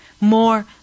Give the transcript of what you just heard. more